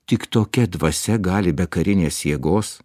tik tokia dvasia gali be karinės jėgos